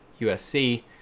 USC